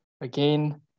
again